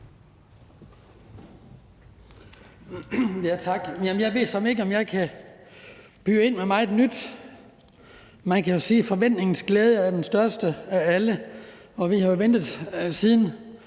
Tak. Jeg ved såmænd ikke, om jeg kan byde ind med meget nyt. Man kan jo sige, at forventningens glæde er den største af alle, og vi har ventet siden